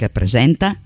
presenta